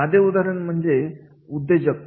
साधे उदाहरण म्हणजे उद्योजकता